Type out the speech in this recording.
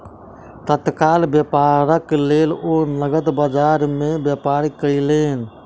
तत्काल व्यापारक लेल ओ नकद बजार में व्यापार कयलैन